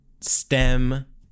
STEM